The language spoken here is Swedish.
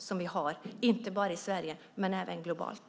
Det gäller inte bara i Sverige utan även globalt.